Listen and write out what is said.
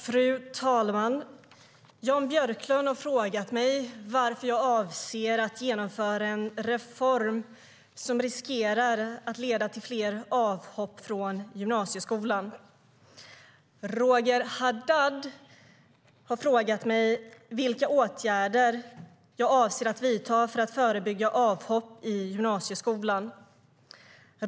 Fru talman! Jan Björklund har frågat mig varför jag avser att genomföra en reform som riskerar att leda till fler avhopp från gymnasieskolan. Roger Haddad har frågat mig vilka åtgärder jag avser att vidta för att förebygga avhopp i gymnasieskolan.